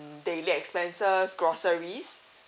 daily expenses groceries